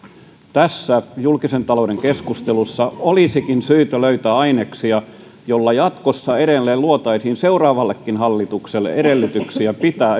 tässä julkisen talouden keskustelussa olisikin syytä löytää aineksia joilla jatkossa edelleen luotaisiin seuraavallekin hallitukselle edellytyksiä pitää